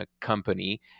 company